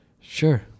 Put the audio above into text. sure